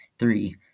Three